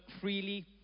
freely